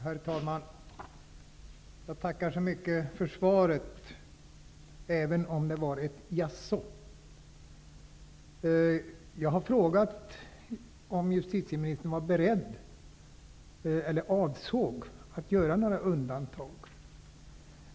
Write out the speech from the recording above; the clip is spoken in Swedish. Herr talman! Jag tackar så mycket för svaret, men jag uppfattar det som ett jaså. Jag har frågat om justitieministern avser att göra några undantag.